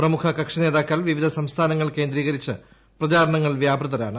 പ്രമുഖ കക്ഷി നേതാക്കൾ വിവിധ സംസ്ഥാനങ്ങൾ കേന്ദ്രീകരിച്ച് പ്രചാരണങ്ങളിൽ വ്യാപൃതരാണ്